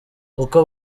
uko